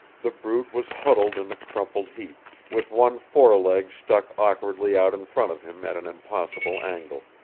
the brute was huddled in a crumpled heap, with one foreleg stuck awkwardly out in front of him at an impossible angle.